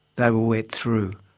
they were wet through.